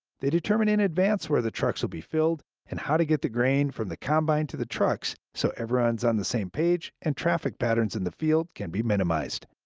they determine in advance where trucks will be filled and how to get the grain from the combine to the trucks so everyone is on the same page and traffic patterns in the field can be minimized.